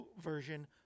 version